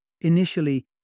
Initially